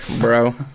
bro